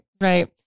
right